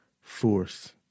force